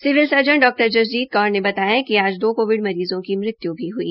civil surgeon डॉ जसजीत कौर ने बताया कि आज दो कोविड मरीज़ों की मृत्य् भी हो गई